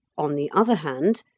on the other hand,